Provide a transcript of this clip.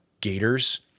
Gators